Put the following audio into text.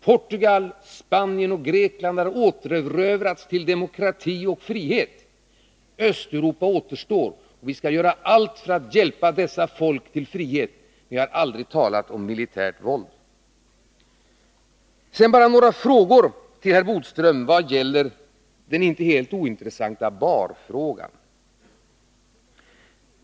Portugal, Spanien, Grekland har återerövrats till demokrati och frihet. Östeuropa återstår. Vi skall göra allt för att hjälpa folken där till frihet. Vi har aldrig talat om militärt våld. Låt mig sedan ställa några frågor till herr Bodström vad gäller den inte helt ointressanta Bahr-frågan.